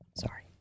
Sorry